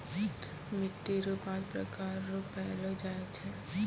मिट्टी रो पाँच प्रकार रो पैलो जाय छै